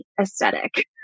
aesthetic